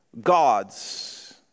God's